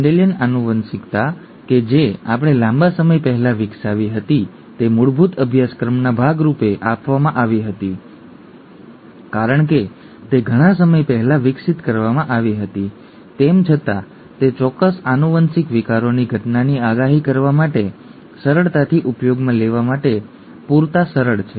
Mendelian આનુવંશિકતા કે જે આપણે લાંબા સમય પહેલા વિકસાવી હતી તે મૂળભૂત અભ્યાસક્રમના ભાગ રૂપે આપવામાં આવી હતી કારણ કે તે ઘણા સમય પહેલા વિકસિત કરવામાં આવી હતી તેમ છતાં તે ચોક્કસ આનુવંશિક વિકારોની ઘટનાની આગાહી કરવા માટે સરળતાથી ઉપયોગમાં લેવા માટે પૂરતા સરળ છે